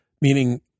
meaning